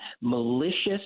malicious